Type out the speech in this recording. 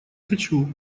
хочу